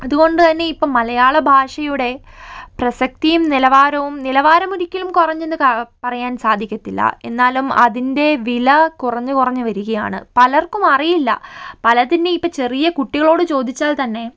അതുകൊണ്ട് തന്നെ ഇപ്പൊൾ മലയാള ഭാഷയുടെ പ്രസക്തിയും നിലവാരവും നിലവാരം ഒരിക്കലും കുറഞ്ഞെന്നു പറയാൻ സാധികത്തില്ല എന്നാലും അതിന്റെ വില കുറഞ്ഞു കുറഞ്ഞു വരികയാണ് പലർക്കും അറിയില്ല പലതിന്റെയും ഇപ്പൊൾ ചെറിയ കുട്ടികളോട് ചോദിച്ചാൽ തന്നെ